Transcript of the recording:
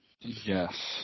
Yes